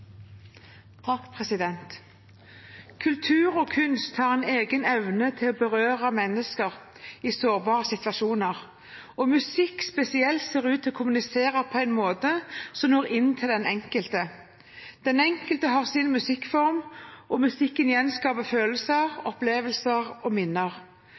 Kultur og kunst har en egen evne til å berøre mennesker i sårbare situasjoner, og musikk spesielt ser ut til å kommunisere på en måte som når inn til den enkelte. Den enkelte har sin musikkform, og musikken gjenskaper følelser, opplevelser og minner.